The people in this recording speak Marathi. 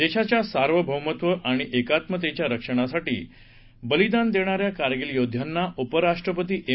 देशाचं सार्वभौमत्व आणि एकात्मतेच्या रक्षणासाठी बलिदान देणाऱ्या कारगिल योद्ध्यांना उपराष्ट्रपती एम